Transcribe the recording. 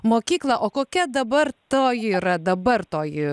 mokyklą o kokia dabar toji yra dabar toji